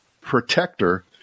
protector